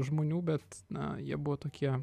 žmonių bet na jie buvo tokie